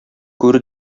күр